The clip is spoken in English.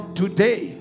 today